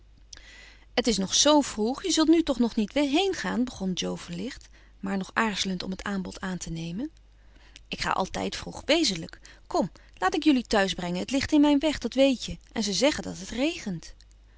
het is nog zoo vroeg je zult nu toch nog niet heengaan begon jo verlicht maar nog aarzelend om het aanbod aan te nemen ik ga altijd vroeg wezenlijk kom laat ik jullie thuis brengen het ligt in mijn weg dat weet je en ze zeggen dat het regent